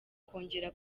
kongera